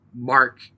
Mark